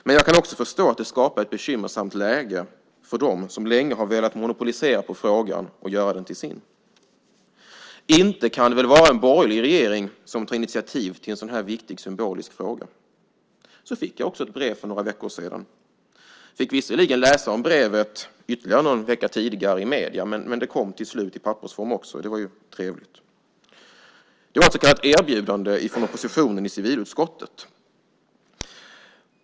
Men jag kan också förstå att det skapade ett bekymmersamt läge för dem som länge har velat monopolisera frågan och göra den till sin. Inte kan det väl vara en borgerlig regering som tar initiativ till en sådan här viktig symbolisk fråga? Så fick jag också ett brev för några veckor sedan. Jag fick visserligen läsa om brevet någon vecka tidigare i medierna. Men det kom till slut i pappersform också. Det var ju trevligt. Det var ett så kallat erbjudande från oppositionen i civilutskottet.